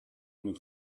nous